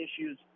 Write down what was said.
issues